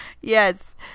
yes